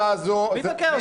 מי תוקע אותו?